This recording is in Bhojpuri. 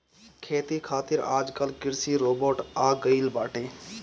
खेती खातिर आजकल कृषि रोबोट आ गइल बाटे